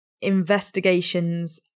investigations